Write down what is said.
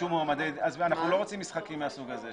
אנחנו לא רוצים משחקים מהסוג הזה,